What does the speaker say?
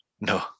No